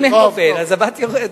אם אין בן, הבת יורשת.